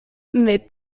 mit